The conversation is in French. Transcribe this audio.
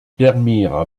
permirent